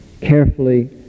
carefully